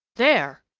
there!